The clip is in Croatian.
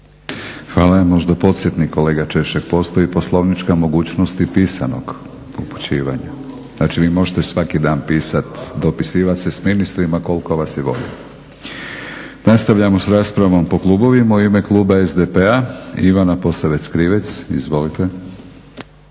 Hvala. Možda podsjetnik kolega Češek, postoji poslovnička mogućnost i pisanog upućivanja. Znači vi možete svaki dan pisati, dopisivati se s ministrima koliko vas je volja. Nastavljamo s raspravom po klubovima. U ime kluba SDP-a Ivana Posavec Krivec, izvolite.